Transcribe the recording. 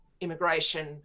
immigration